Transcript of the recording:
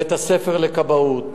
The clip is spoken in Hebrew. בית-הספר לכבאות